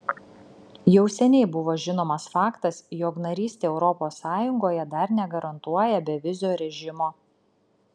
jau seniai buvo žinomas faktas jog narystė europos sąjungoje dar negarantuoja bevizio režimo